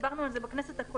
דיברנו על זה בכנסת הקודמת,